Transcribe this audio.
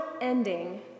ending